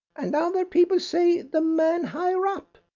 and other people say the man higher up,